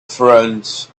friends